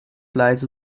leise